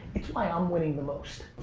it's why i'm winning the most.